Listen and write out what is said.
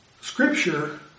Scripture